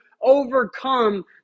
overcome